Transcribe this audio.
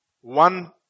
One